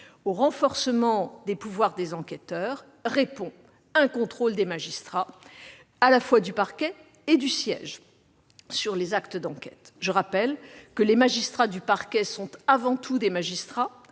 Au renforcement des pouvoirs des enquêteurs répond un contrôle des magistrats du parquet et du siège sur les actes d'enquête. Je rappelle que les magistrats du parquet sont avant tout des magistrats,